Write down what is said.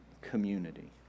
community